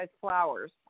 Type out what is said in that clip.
flowers